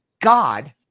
God